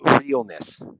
realness